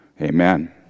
Amen